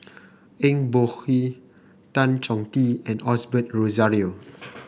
Eng Boh Kee Tan Chong Tee and Osbert Rozario